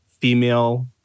female